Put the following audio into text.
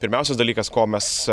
pirmiausias dalykas ko mes